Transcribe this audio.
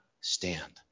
stand